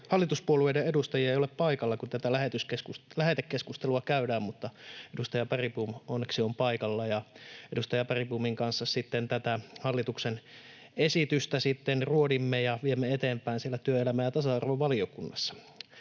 hallituspuolueiden edustajia ei ole paikalla, kun tätä lähetekeskustelua käydään, mutta edustaja Bergbom onneksi on paikalla, ja edustaja Bergbomin kanssa sitten tätä hallituksen esitystä ruodimme ja viemme eteenpäin siellä työelämä- ja tasa-arvovaliokunnassa.